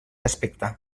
aspecte